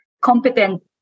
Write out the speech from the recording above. competent